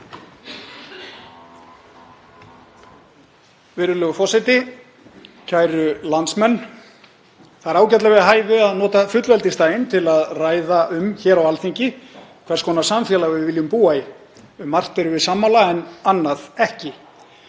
Virðulegur forseti. Kæru landsmenn. Það er ágætlega við hæfi að nota fullveldisdaginn til að ræða um hér á Alþingi hvers konar samfélagi við viljum búa í. Um margt erum við sammála en annað ekki.